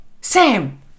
Sam